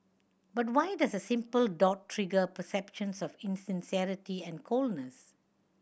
but why does a simple dot trigger perceptions of insincerity and coldness